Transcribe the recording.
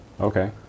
Okay